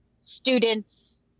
students